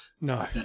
No